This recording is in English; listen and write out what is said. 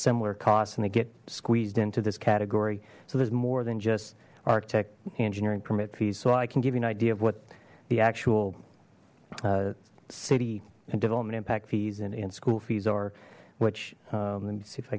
similar cost and they get squeezed into this category so there's more than just architect engineering permit fees so i can give you an idea of what the actual city and development impact fees and and school fees are which let me see if i